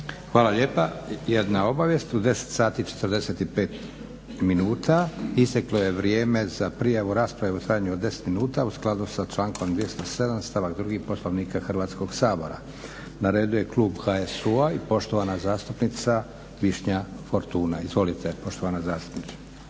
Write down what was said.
Hvala lijepa. Jedna obavijesti. U 10,45 minuta isteklo je vrijeme za prijavu rasprave u trajanju od 10 minuta u skladu sa člankom 207. stavak drugi Poslovnika Hrvatskog sabora. Na redu je klub HSU-a i poštovana zastupnica Višnja Fortuna. Izvolite poštovana zastupnice.